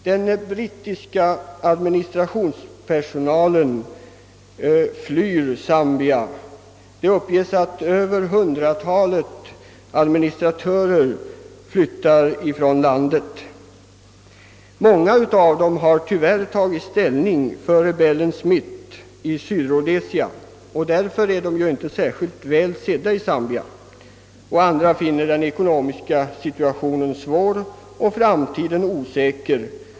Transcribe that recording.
Den brittiska administrationspersonalen flyr Zambia — det uppges att över hundratalet administratörer lämnar landet. En stor del av denna personal har tyvärr tagit ställning för rebellen Smith i Sydrhodesia och därför är de inte särskilt välsedda i Zambia. Andra finner den ekonomiska situationen svår och framtiden osäker.